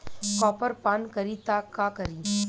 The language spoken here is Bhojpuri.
कॉपर पान करी त का करी?